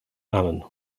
allen